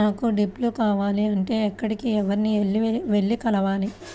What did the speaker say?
నాకు డ్రిప్లు కావాలి అంటే ఎక్కడికి, ఎవరిని వెళ్లి కలవాలి?